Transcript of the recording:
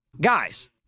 Guys